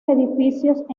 edificios